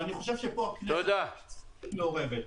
ואני חושב שפה הכנסת צריכה להיות מעורבת.